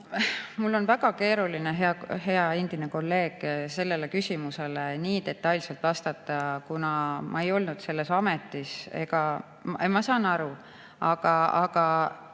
Mul on väga keeruline, hea endine kolleeg, sellele küsimusele nii detailselt vastata, kuna ma ei olnud selles ametis. Nimetatud